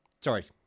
Sorry